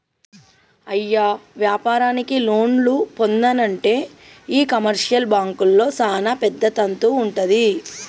అయ్య వ్యాపారానికి లోన్లు పొందానంటే ఈ కమర్షియల్ బాంకుల్లో సానా పెద్ద తంతు వుంటది